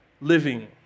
living